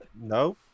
No